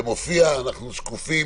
אנחנו שקופים.